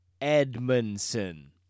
Edmondson